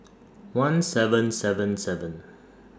one seven seven seven